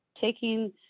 taking